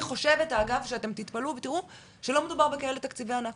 אני חושבת שאתם תתפלאו ותראו שלא מדובר בכאלה תקציבי ענק